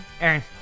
Aaron